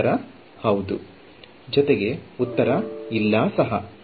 ಆದ್ದರಿಂದ ಅದನ್ನೇ ನಾವು ತನಿಖೆ ಮಾಡಲಿದ್ದೇವೆ